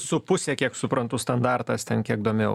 su puse kiek suprantu standartas ten kiek domėjau